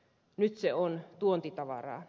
nyt se on tuontitavaraa